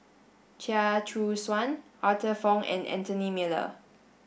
Chia Choo Suan Arthur Fong and Anthony Miller